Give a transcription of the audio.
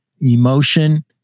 emotion